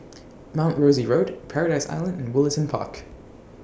Mount Rosie Road Paradise Island and Woollerton Park